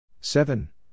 seven